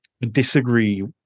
disagree